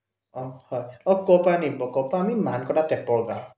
অঁ হয় অঁ ক'ৰপৰা নিব ক'ৰপৰা আমি মানকটা টেপৰ পৰা